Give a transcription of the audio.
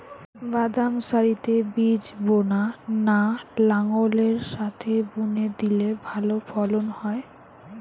বাদাম সারিতে বীজ বোনা না লাঙ্গলের সাথে বুনে দিলে ভালো ফলন হয়?